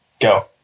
go